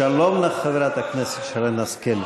שלום לך, חברת הכנסת שרן השכל.